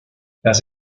las